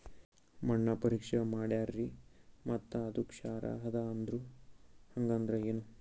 ಮಣ್ಣ ಪರೀಕ್ಷಾ ಮಾಡ್ಯಾರ್ರಿ ಮತ್ತ ಅದು ಕ್ಷಾರ ಅದ ಅಂದ್ರು, ಹಂಗದ್ರ ಏನು?